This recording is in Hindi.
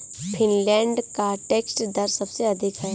फ़िनलैंड का टैक्स दर सबसे अधिक है